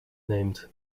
named